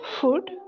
Food